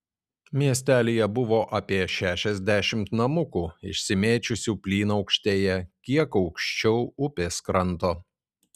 miestelyje buvo apie šešiasdešimt namukų išsimėčiusių plynaukštėje kiek aukščiau upės kranto